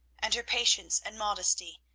and her patience and modesty,